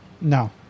No